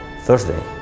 Thursday